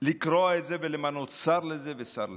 לקרוע את זה ולמנות שר לזה ושר לזה.